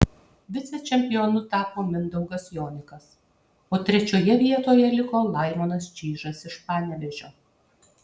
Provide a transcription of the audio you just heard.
vicečempionu tapo mindaugas jonikas o trečioje vietoje liko laimonas čyžas iš panevėžio